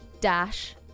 dash